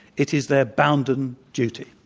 it is their bounden duty.